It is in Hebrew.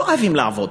לא אוהבים לעבוד,